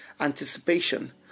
anticipation